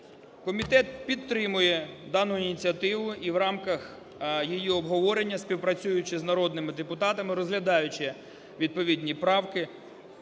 Комітет підтримує дану ініціативу і в рамках її обговорення, співпрацюючи з народними депутатами, розглядаючи відповідні правки,